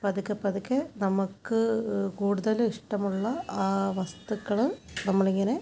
പതുക്കെ പതുക്കെ നമുക്ക് കൂടുതൽ ഇഷ്ട്ടമുള്ള ആ വസ്തുക്കൾ നമ്മളിങ്ങനെ